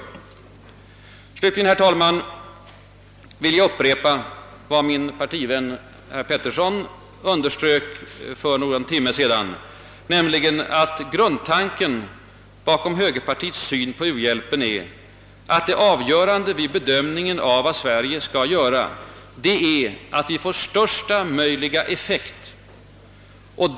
Slutligen, herr talman, vill jag upprepa vad min partivän herr Petersson för någon timme sedan underströk, nämligen att grundtanken bakom högerpartiets syn på u-hjälpen är att det avgö rande vid bedömningen av vad Sverige skall göra är att vi får största möjliga effekt av våra insatser.